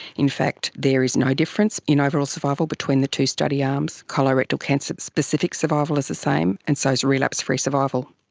in fact there is no difference in overall survival between the two study arms, colorectal cancer, specific survival is the same, and so is relapse-free survival.